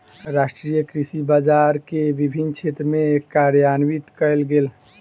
राष्ट्रीय कृषि बजार के विभिन्न क्षेत्र में कार्यान्वित कयल गेल